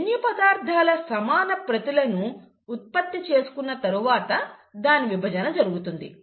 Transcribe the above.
జన్యు పదార్థాల సమాన ప్రతులను ఉత్పత్తి చేసుకున్న తరువాత దాని విభజన జరుగుతుంది